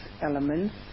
elements